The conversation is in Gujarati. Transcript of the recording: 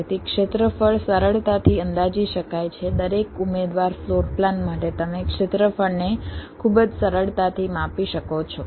તેથી ક્ષેત્રફળ સરળતાથી અંદાજી શકાય છે દરેક ઉમેદવાર ફ્લોર પ્લાન માટે તમે ક્ષેત્રફળને ખૂબ જ સરળતાથી માપી શકો છો